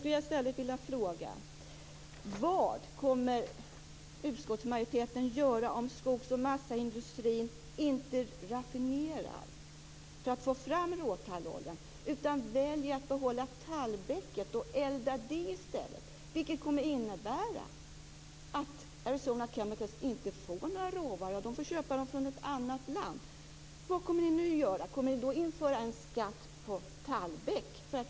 I stället vill jag fråga: Vad kommer utskottsmajoriteten att göra om skogs och massaindustrin inte raffinerar för att få fram råtallolja utan väljer att elda tallbecket? Det kommer att innebära att Arizona Chemicals inte får några råvaror. Man får köpa dem från ett annat land. Hur kommer ni då att göra?